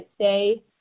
say